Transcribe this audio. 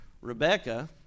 Rebecca